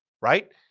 Right